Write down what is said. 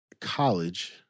college